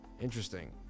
Interesting